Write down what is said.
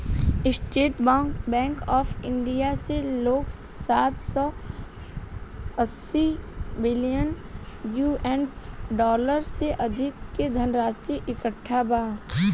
estate Bank of India के लगे सात सौ अस्सी बिलियन यू.एस डॉलर से अधिक के धनराशि इकट्ठा बा